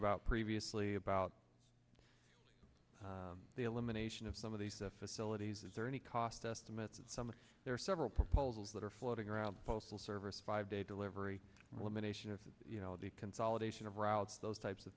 about previously about the elimination of some of these facilities is there any cost estimates there are several proposals that are floating around the postal service five day delivery elimination of the consolidation of routes those types of